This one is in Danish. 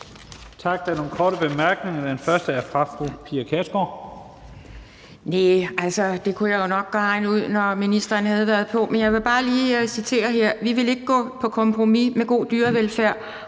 Tak. Der er nogle korte bemærkninger. Den første er fra fru Pia Kjærsgaard. Kl. 17:14 Pia Kjærsgaard (DF): Det kunne jeg jo nok regne ud, når ministeren havde været på. Men jeg vil bare lige citere her: Vi vil ikke gå på kompromis med god dyrevelfærd